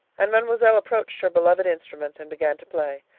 and mademoiselle approached her beloved instrument and began to play.